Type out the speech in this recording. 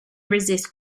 resist